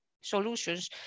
solutions